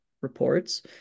reports